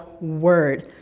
word